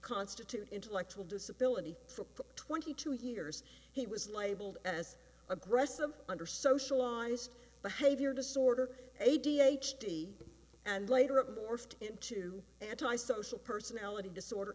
constitute intellectual disability for twenty two years he was labeled as aggressive undersocialized behavior disorder a d h d and later of the forced into anti social personality disorder